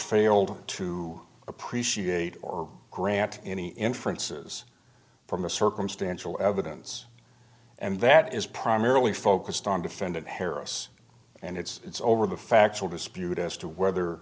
failed to appreciate or grant any inferences from the circumstantial evidence and that is primarily focused on defendant harris and it's over the factual dispute as to whether